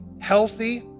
healthy